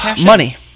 Money